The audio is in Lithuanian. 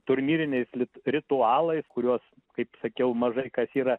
turnyriniais lit ritualais kuriuos kaip sakiau mažai kas yra